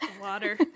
Water